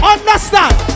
Understand